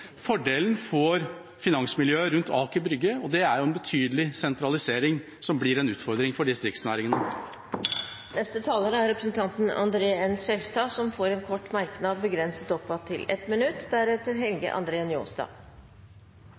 Fordelen får finansmiljøet rundt Aker Brygge, og det er jo en betydelig sentralisering, som blir en utfordring for distriktsnæringene. Representanten André N. Skjelstad har hatt ordet to ganger tidligere og får ordet til en kort merknad, begrenset til 1 minutt.